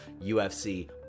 UFC